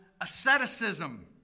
asceticism